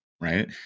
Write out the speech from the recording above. right